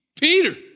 Peter